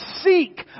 seek